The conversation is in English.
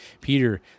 Peter